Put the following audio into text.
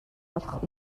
болох